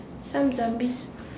some zombies